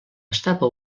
estava